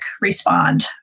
respond